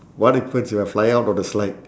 what happens if I fly out of the slide